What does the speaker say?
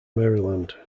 maryland